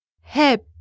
hip